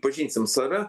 pažinsim save